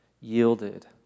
yielded